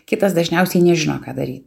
kitas dažniausiai nežino ką daryt